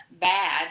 bad